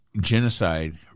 genocide